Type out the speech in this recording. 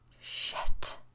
Shit